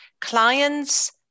clients